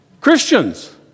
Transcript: Christians